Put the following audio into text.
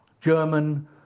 German